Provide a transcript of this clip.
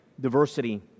diversity